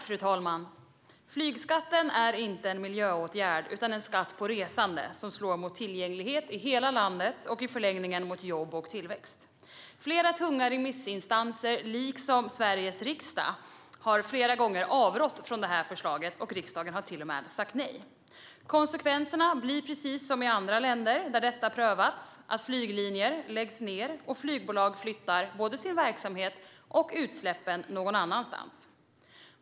Fru talman! Flygskatten är inte en miljöåtgärd utan en skatt på resande som slår mot tillgänglighet i hela landet och i förlängningen mot jobb och tillväxt. Flera tunga remissinstanser, liksom Sveriges riksdag, har flera gånger avrått från det här förslaget, och riksdagen har till och med sagt nej. Konsekvenserna blir, precis som i andra länder där detta har prövats, att flyglinjer läggs ned och flygbolag flyttar både sin verksamhet och utsläppen någon annanstans.